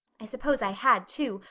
i suppose i had, too,